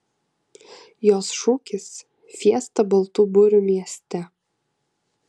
jos šūkis fiesta baltų burių mieste